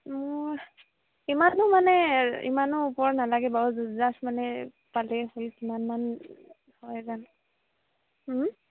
মোৰ ইমানো মানে ইমানো ওপৰত নালাগে বাৰু যু জাষ্ট মানে পালে হৈ কিমানমান হয় বা